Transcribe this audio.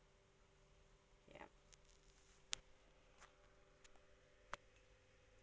ya